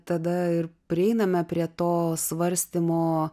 tada ir prieiname prie to svarstymo